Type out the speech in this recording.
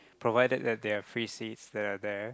provided that they have free seats that are there